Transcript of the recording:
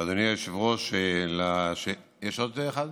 יש עוד אחד?